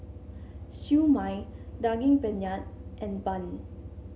Siew Mai Daging Penyet and bun